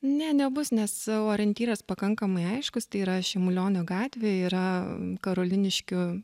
ne nebus nes savo orientyras pakankamai aiškus tai yra šimulionio gatvė yra karoliniškių